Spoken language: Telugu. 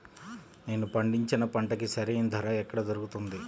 నేను పండించిన పంటకి సరైన ధర ఎక్కడ దొరుకుతుంది?